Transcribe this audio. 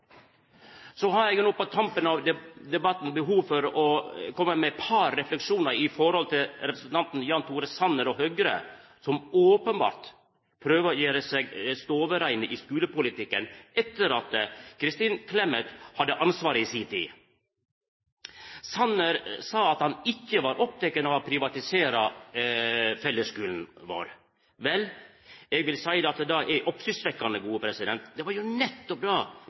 Så har eg no på tampen av debatten behov for å koma med eit par refleksjonar i forhold til representanten Jan Tore Sanner og Høgre, som openbert prøver å gjera seg stovereine i skulepolitikken etter at Kristin Clemet hadde ansvaret i si tid. Sanner sa at han ikkje var oppteken av å privatisera fellesskulen vår. Vel, eg vil seia at det er oppsiktsvekkjande. Det var no nettopp det dei var